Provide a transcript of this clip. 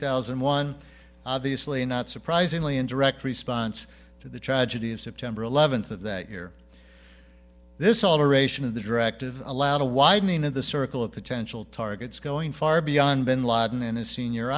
thousand and one obviously not surprisingly in direct response to the tragedy of september eleventh of that year this alteration of the directive allowed a widening of the circle of potential targets going far beyond bin laden and his senior